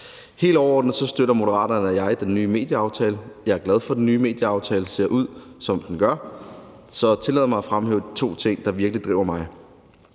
Helt overordnet støtter Moderaterne og jeg den nye medieaftale. Jeg er glad for, at den nye medieaftale ser ud, som den gør. Så jeg vil tillade mig at fremhæve to ting, der virkelig driver mig.